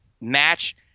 match